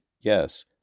Yes